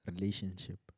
relationship